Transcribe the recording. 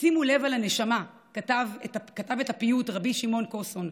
"שימו לב אל הנשמה" כתב את הפיוט רבי שמעון קוסון,